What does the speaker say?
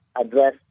address